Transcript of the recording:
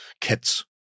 kits